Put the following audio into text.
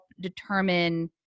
determine